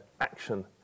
action